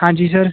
ਹਾਂਜੀ ਸਰ